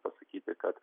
pasakyti kad